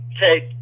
take